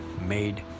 made